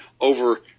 over